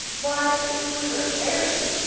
why, if we were fairies,